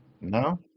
No